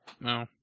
no